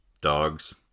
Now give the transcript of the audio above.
Dogs